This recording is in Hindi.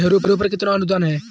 हैरो पर कितना अनुदान है?